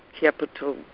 capital